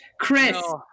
Chris